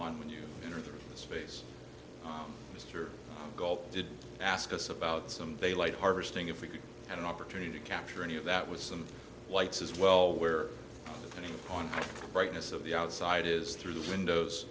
on when you enter the space mr gold did ask us about some daylight harvesting if we could have an opportunity to capture any of that with some lights as well where on the brightness of the outside is through the windows